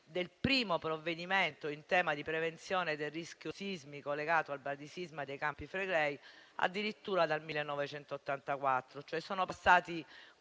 del primo provvedimento in tema di prevenzione del rischio sismico legato al bradisisma dei Campi Flegrei addirittura dal 1984.